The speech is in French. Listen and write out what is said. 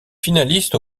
finaliste